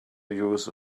use